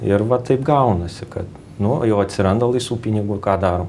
ir va taip gaunasi kad nu jau atsiranda laisvų pinigų ir ką darom